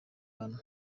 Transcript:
hano